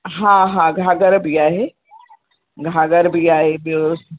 हा हा घाघरि बि आहे घाघरि बि आहे इहो